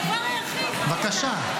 הדבר היחיד -- בבקשה.